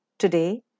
Today